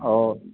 oh